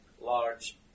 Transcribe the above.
large